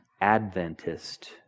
Adventist